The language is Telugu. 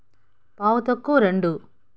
పావు తక్కువు రెండు